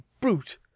brute